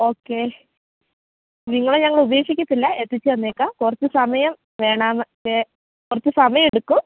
okay നിങ്ങളെ ഞങ്ങൾ ഉപേക്ഷിക്കത്തില്ല എത്തിച്ചുതന്നേക്കാം കുറച്ചു സമയം കുറച്ചു സമയം എടുക്കും